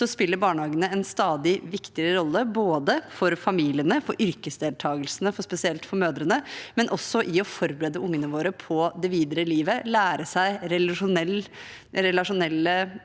spiller barnehagene en stadig viktigere rolle både for familiene, for yrkesdeltakelsen til spesielt mødrene og for å forberede ungene våre på det videre livet – lære seg relasjonelle